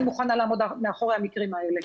אני מוכנה לעמוד מאחורי המקרים האלה,